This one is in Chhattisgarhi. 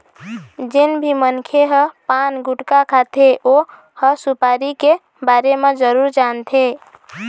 जेन भी मनखे ह पान, गुटका खाथे ओ ह सुपारी के बारे म जरूर जानथे